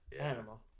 animal